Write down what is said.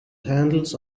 handles